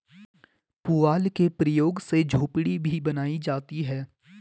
पुआल के प्रयोग से झोपड़ी भी बनाई जाती है